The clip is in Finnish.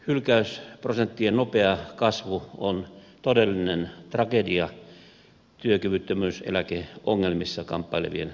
hylkäysprosenttien nopea kasvu on todellinen tragedia työkyvyttömyyseläkeongelmissa kamppailevien kannalta